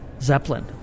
Zeppelin